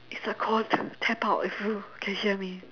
it's so cold tap out if you can hear me